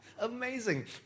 Amazing